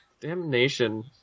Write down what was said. Damnation